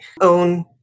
own